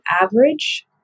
average